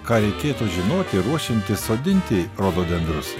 ką reikėtų žinoti ruošiantis sodinti rododendrus